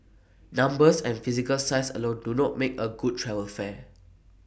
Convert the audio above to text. numbers and physical size alone do not make A good travel fair